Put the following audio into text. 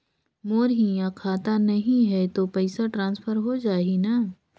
मोर इहां खाता नहीं है तो पइसा ट्रांसफर हो जाही न?